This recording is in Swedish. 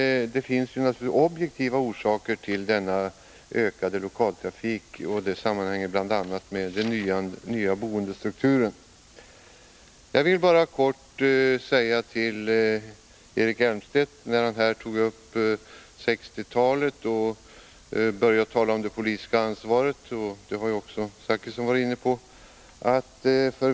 Det finns alltså objektiva orsaker till den ökade lokaltrafiken, och de sammanhänger bl.a. med den nya boendestrukturen. Claes Elmstedt tog här upp 1960-talet och började tala om det politiska ansvaret. Den saken var Bertil Zachrisson också inne på.